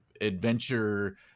adventure